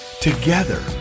Together